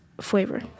flavor